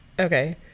okay